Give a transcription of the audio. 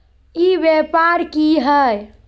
ई व्यापार की हाय?